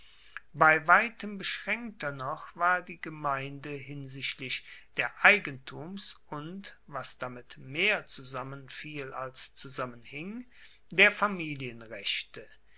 bei weitem beschraenkter noch war die gemeinde hinsichtlich der eigentums und was damit mehr zusammenfiel als zusammenhing der familienrechte